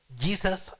Jesus